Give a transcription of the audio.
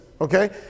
Okay